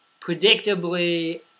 Predictably